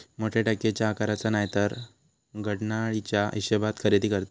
मोठ्या टाकयेच्या आकाराचा नायतर घडणावळीच्या हिशेबात खरेदी करतत